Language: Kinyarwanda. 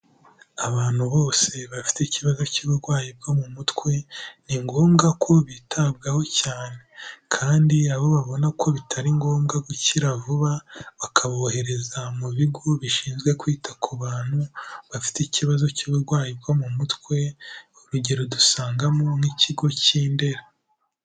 Abantu bose bafite ikibazo cy'uburwayi bwo mu mutwe, ni ngombwa ko bitabwaho cyane, kandi abo babona ko bitari ngombwa gukira vuba, bakabohereza mu bigo bishinzwe kwita ku bantu bafite ikibazo cy'uburwayi bwo mu mutwe, urugero dusangamo nk'ikigo k'i Ndera.